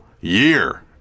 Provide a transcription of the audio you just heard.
year